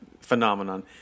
phenomenon